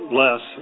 less